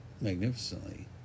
magnificently